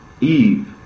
Eve